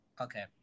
okay